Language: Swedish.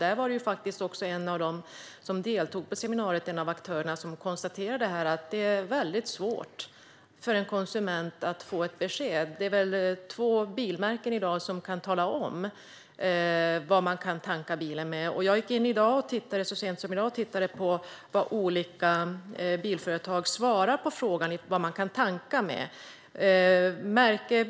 En av aktörerna som deltog i seminariet konstaterade att det är väldigt svårt för en konsument att få ett besked. Det är två bilmärken i dag där det kan anges vad bilen kan tankas med. Så sent som i dag tittade jag på vad olika bilföretag svarar på frågan om vad bilisterna kan tanka med.